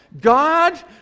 God